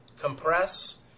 compress